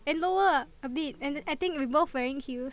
and lower a bit and I think we both wearing heels